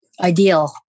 ideal